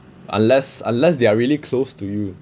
unless unless they are really close to you